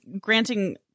granting